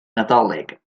nadolig